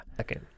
Okay